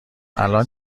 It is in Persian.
الان